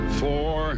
four